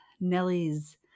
Nellie's